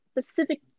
specific